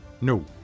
no